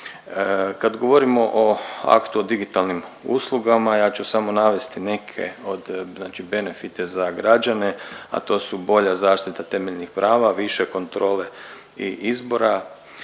Kad govorimo o Aktu o digitalnim uslugama, ja ću samo navesti neke od znači benefite za građane, a to su bolja zaštita temeljnih prava, više kontrole i izbora,